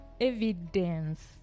evidence